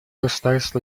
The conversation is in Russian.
государств